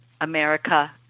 America